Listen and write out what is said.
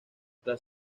tras